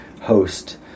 host